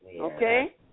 Okay